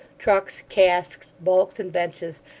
trucks, casks, bulks, and benches,